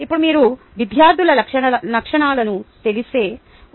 ఇప్పుడు మీరు విద్యార్థుల లక్షణాలను తెలిస్తే